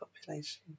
population